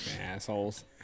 Assholes